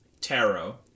Tarot